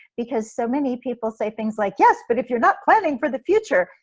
because so many people say things like, yes, but if you're not planning for the future,